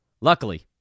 Luckily